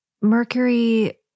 mercury